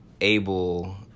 able